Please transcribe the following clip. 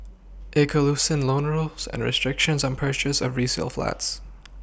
it could loosen loan rules and restrictions on purchase of resale flats